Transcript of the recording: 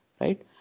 right